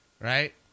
right